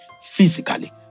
physically